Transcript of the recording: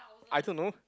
I don't know